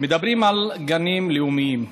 מדברים על גנים לאומיים.